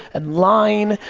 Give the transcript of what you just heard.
and line,